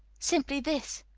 simply this